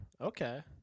Okay